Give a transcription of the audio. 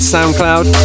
SoundCloud